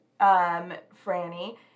Franny